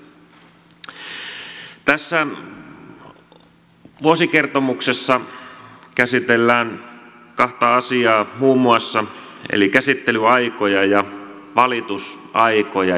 tässä vuosikertomuksessa käsitellään kahta asiaa muun muassa eli käsittelyaikoja ja valitusaikoja